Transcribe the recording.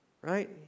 right